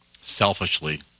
selfishly